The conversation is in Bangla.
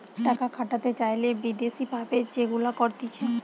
টাকা খাটাতে চাইলে বিদেশি ভাবে যেগুলা করতিছে